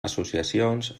associacions